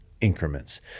increments